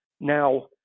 Now